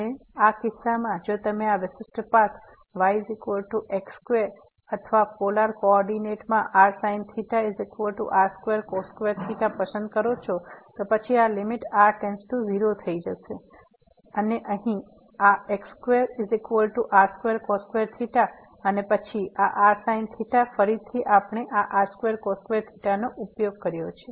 અને આ કિસ્સામાં જો તમે આ વિશિષ્ટ પાથ y x2 અથવા પોલાર કોઓર્ડિનેટ માં rsin r2 પસંદ કરો છો તો પછી આ લીમીટ r → 0 થઈ જશે અને અહીં આ x2r2 અને પછી આ r sin θ ફરીથી આપણે આ r2 નો ઉપયોગ કર્યો છે